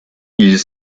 ils